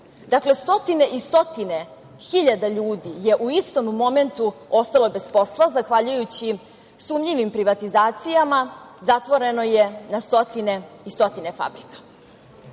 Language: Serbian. Dakle, stotine i stotine hiljada ljudi je u istom momentu ostalo bez posla, zahvaljujući sumnjivim privatizacijama, zatvoreno je na stotine i stotine fabrika.